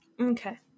Okay